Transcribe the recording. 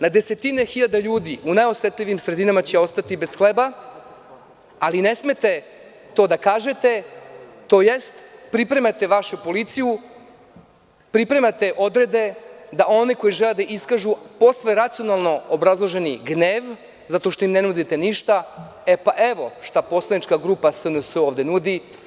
Na desetine hiljada ljudi u najosetljivijim sredinama će ostati bez hleba, ali ne smete to da kažete tj. pripremate vašu policiju, pripremate odrede, da one koji žele da iskažu po sve racionalno obrazloženi gnev zato što im ne nudite ništa, evo šta poslanička grupa SNS ovde nudi.